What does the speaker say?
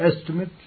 estimate